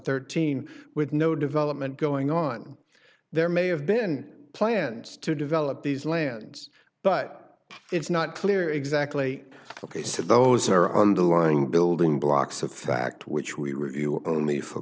thirteen with no development going on there may have been plans to develop these lands but it's not clear exactly ok so those are underlying building blocks of fact which we were only for